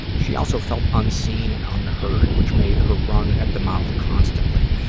she also felt unseen and unheard, which made her run at the mouth constantly,